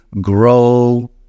grow